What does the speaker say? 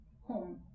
home